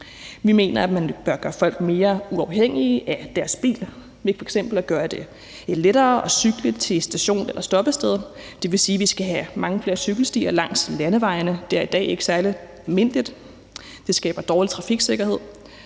Vi mener, at man bør gøre folk mere uafhængige af deres biler ved f.eks. at gøre det lettere at cykle til en station eller et stoppested. Det vil sige, at vi skal have mange flere cykelstier langs landevejene. Det er i dag ikke særlig almindeligt, og det skaber dårlig trafiksikkerhed.